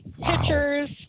pictures